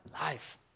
life